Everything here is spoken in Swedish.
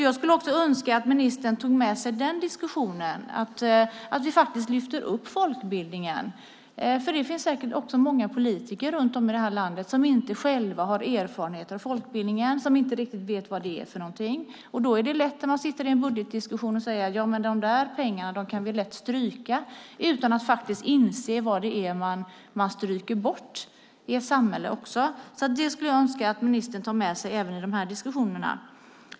Jag skulle önska att ministern tog med sig den diskussionen. Det handlar om att vi faktiskt lyfter upp folkbildningen. Det finns säkert många politiker runt om i det här landet som inte själva har erfarenheter av folkbildning, som inte riktigt vet vad det är för någonting. Då är det lätt att i en budgetdiskussion säga: Ja, men de där pengarna kan vi lätt stryka. Då inser man inte vad det är man stryker bort i ett samhälle. Jag skulle önska att ministern tar med sig detta även i de här diskussionerna.